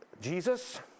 Jesus